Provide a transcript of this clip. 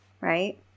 right